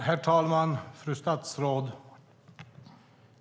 Herr talman! Fru statsråd!